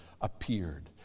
appeared